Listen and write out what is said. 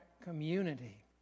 community